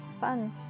fun